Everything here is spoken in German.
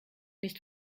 nicht